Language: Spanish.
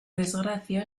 desgracia